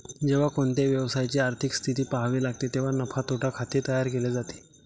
जेव्हा कोणत्याही व्यवसायाची आर्थिक स्थिती पहावी लागते तेव्हा नफा तोटा खाते तयार केले जाते